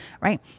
Right